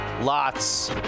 lots